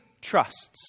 trusts